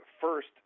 First